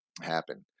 happen